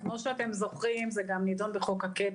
כמו שאתם זוכרים זה גם נידון בחוק הקאפ,